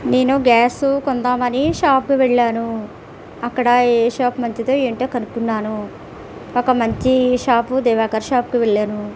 నేను గ్యాసు కొందామని షాప్కి వెళ్ళాను అక్కడ ఏ షాప్ మంచిదో ఏంటో కనుక్కున్నాను ఒక మంచి షాపు దివాకర్ షాప్కి వెళ్ళాను